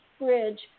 bridge